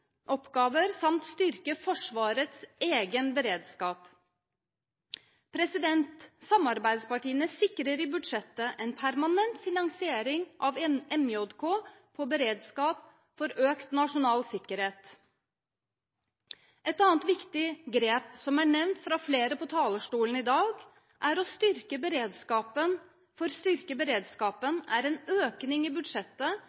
kontraterroroppgaver samt styrke Forsvarets egen beredskap. Samarbeidspartiene sikrer i budsjettet en permanent finansiering av MJK på beredskap for økt nasjonal sikkerhet. Et annet viktig grep som er nevnt fra talerstolen i dag for å styrke beredskapen,